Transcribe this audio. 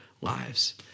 lives